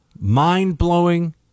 mind-blowing